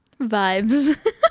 vibes